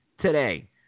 today